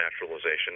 Naturalization